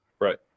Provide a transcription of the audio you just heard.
Right